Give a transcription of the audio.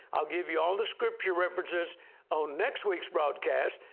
i'll give you all the scripture references on next week's broadcast,